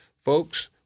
folks